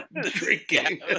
drinking